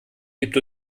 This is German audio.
gibt